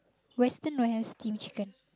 western don't have steam chicken